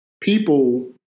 people